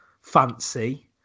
fancy